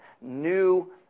New